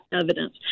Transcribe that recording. evidence